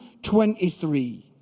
23